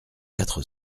quatre